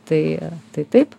tai tai taip